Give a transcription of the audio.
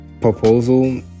proposal